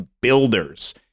builders